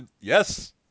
yes